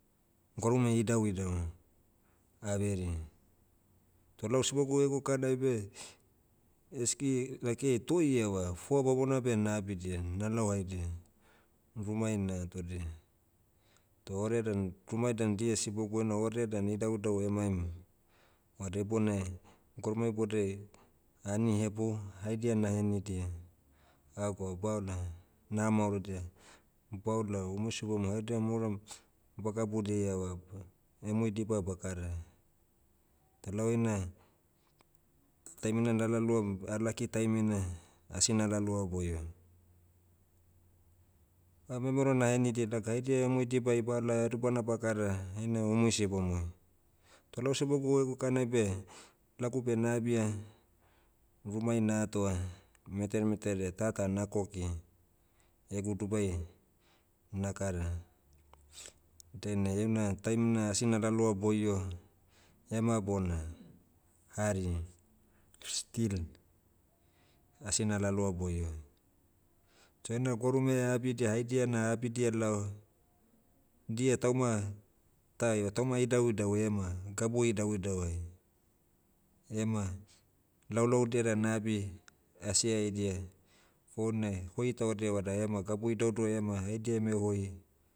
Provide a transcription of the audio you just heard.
Gwarume idau idau, averi. Toh lau sibogu egu kanai beh, esky lakiai toi ieva foa bamona beh nabidia nalaohaidia, rumai natodia. Toh orea dan, rumai dan dia sibogu ena orea dan idauidau emaim, vada ibonai, gwarume ibodai ani hebou, haidia nahenidia, agwa baola, naha maorodia, baola umui sibomui haidia mui ouram, bagabudia ieva, emui diba bakara. Da lau eina, taimina nalaloam, alaki taimina, asi nalaloa boiom. Ah memero nahenidia daga haidia emui dibai bala edebana bagara, heini umui sibomui. Toh lau sibogu egu kanai beh, lagu beh nabia, rumai natoa, metere metere tata nakoki, egu dubai, nakara, dainai heuna taim na asi nalaloa boio, ema bona, hari, still, asi nalaloa boio. Toh ena gwarume abidia haidia na abidia lao, dia tauma, ta eva tauma idauidau ema, gabu idauidau ai, ema, laulaudia dan nabi, asiaidia, foun ai, hoi taudia vada ema gabu idaudau ai ema haidia eme hoi